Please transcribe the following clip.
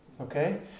Okay